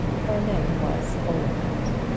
her name was oliphant.